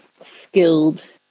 skilled